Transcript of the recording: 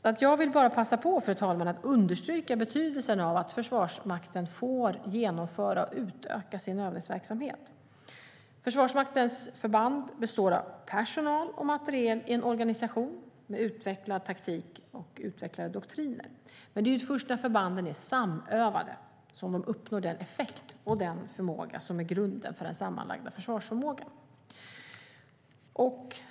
Jag vill bara passa på, fru talman, att understryka betydelsen av att Försvarsmakten får genomföra och utöka sin övningsverksamhet. Försvarsmaktens förband består av personal och materiel i en organisation med utvecklad taktik och utvecklade doktriner. Men det är först när förbanden är samövade som de uppnår den effekt och den förmåga som är grunden för den sammanlagda försvarsförmågan.